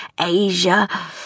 Asia